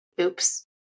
oops